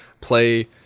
play